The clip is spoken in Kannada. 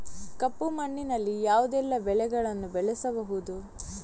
ಕಪ್ಪು ಮಣ್ಣಿನಲ್ಲಿ ಯಾವುದೆಲ್ಲ ಬೆಳೆಗಳನ್ನು ಬೆಳೆಸಬಹುದು?